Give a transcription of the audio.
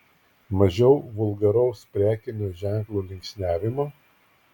mažiau vulgaraus prekinių ženklų linksniavimo